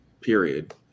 Period